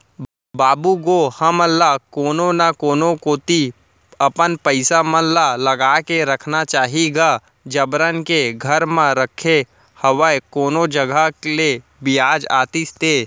बाबू गो हमन ल कोनो न कोनो कोती अपन पइसा मन ल लगा के रखना चाही गा जबरन के घर म रखे हवय कोनो जघा ले बियाज आतिस ते